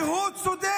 כי הוא צודק,